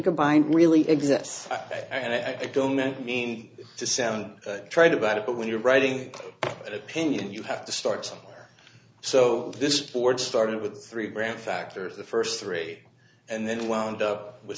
combined really exists i don't mean to sound trite about it but when you're writing an opinion you have to start so this board started with three brand factors the first three and then wound up with